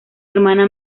hermana